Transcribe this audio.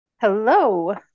Hello